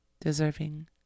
deserving